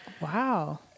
wow